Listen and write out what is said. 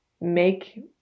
make